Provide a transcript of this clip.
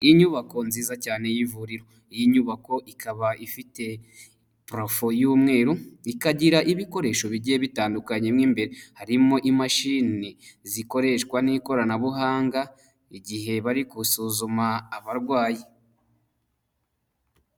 Inyubako nziza cyane y'ivuriro. Iyi nyubako ikaba ifite purafo y'umweru, ikagira ibikoresho bigiye bitandukanye mo imbere, harimo imashini zikoreshwa n'ikoranabuhanga, igihe bari gusuzuma abarwayi.